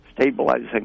stabilizing